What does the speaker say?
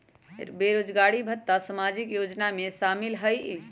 बेरोजगारी भत्ता सामाजिक योजना में शामिल ह ई?